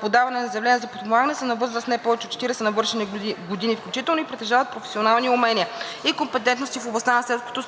подаване на заявление за подпомагане са на възраст не повече от 40 навършени години (включително) и притежават професионални умения и компетентности в областта на селското